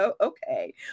Okay